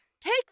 take